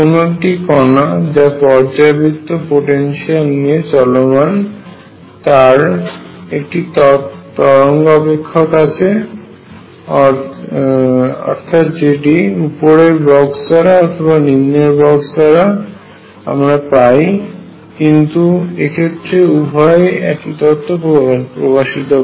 কোন একটি কণা যা পর্যায়বৃত্ত পটেনশিয়াল নিয়ে চলমান তার একটি তরঙ্গ অপেক্ষক আছে যেটি হয় উপরের বক্স দ্বারা অথবা নিম্নের বক্স দ্বারা আমরা পাই কিন্তু এক্ষেত্রে উভয়ই একই তত্ত্ব কে প্রকাশিত করে